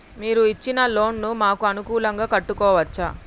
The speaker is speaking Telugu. మీరు ఇచ్చిన లోన్ ను మాకు అనుకూలంగా కట్టుకోవచ్చా?